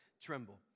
tremble